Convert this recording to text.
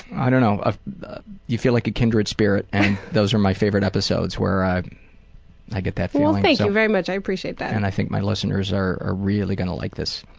i don't know. ah you feel like a kindred spirit. and those are my favorite episodes where i i get that feeling. well thank you very much, i appreciate that. and i think my listeners are are really gonna like this.